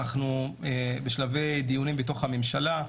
אנחנו בשלבי דיונים בתוך הממשלה.